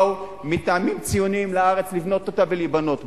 באו מטעמים ציוניים לארץ לבנות אותה ולהיבנות בה.